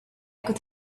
could